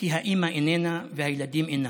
כי האימא איננה והילדים אינם.